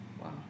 Wow